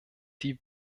die